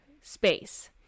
space